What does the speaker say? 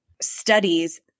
studies